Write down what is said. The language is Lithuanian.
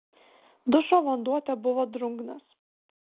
dušo vanduo tebuvo drungnas